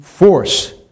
Force